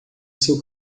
seu